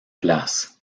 place